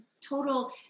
total